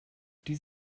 dies